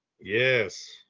Yes